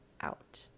out